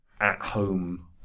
at-home